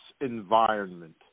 environment